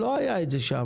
זה לא היה שם.